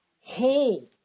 hold